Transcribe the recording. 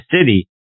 City